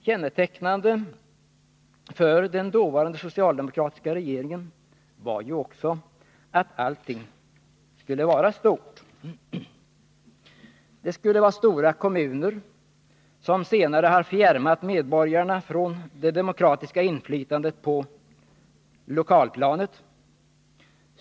Kännetecknande för den dåvarande socialdemokratiska regeringen var ju också att allt skulle vara stort. Det skulle vara stora kommuner — som senare har fjärmat medborgarna från det demokratiska inflytandet på lokalplanet.